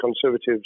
Conservatives